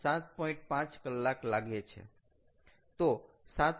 5 કલાક લાગે છે